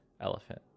elephant